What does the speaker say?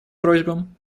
просьбам